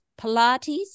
Pilates